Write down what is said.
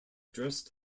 dressed